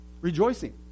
rejoicing